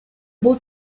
бул